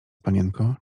panienko